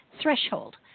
threshold